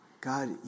God